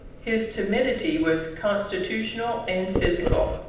his timidity was constitutional and physical.